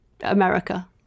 America